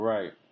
Right